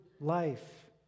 life